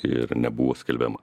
ir nebuvo skelbiama